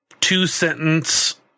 two-sentence